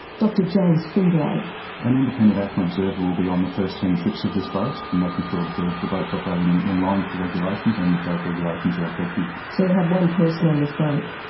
james findlay an independent afma observer will be on the first ten trips of this boat and making sure that the the boat's operating and in line with the regulations and that those regulations are effective. so you'll have one person on this boat?